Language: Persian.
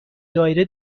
دایره